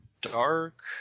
dark